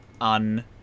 un-